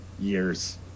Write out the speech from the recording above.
years